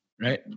right